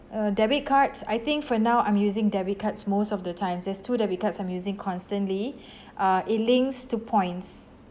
uh debit cards I think for now I'm using debit cards most of the times there's two debit cards I'm using constantly uh it links to points